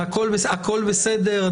הכול בסדר,